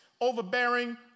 overbearing